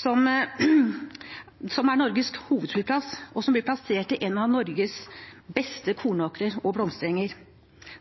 som er Norges hovedflyplass, og som ble plassert i en av Norges beste kornåkrer og blomsterenger.